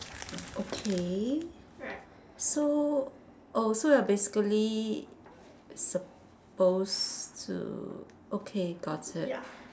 okay so oh you're basically supposed to okay got it